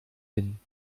hin